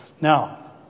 Now